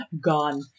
gone